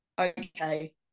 okay